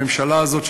הממשלה הזאת,